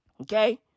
Okay